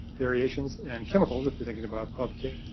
variations, and chemicals, thinking about pubchem